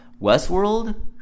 Westworld